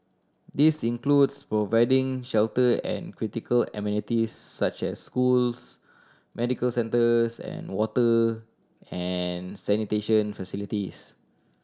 this includes providing shelter and critical amenities such as schools medical centres and water and sanitation facilities